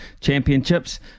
Championships